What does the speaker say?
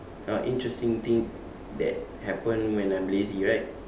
uh interesting thing that happen when I'm lazy right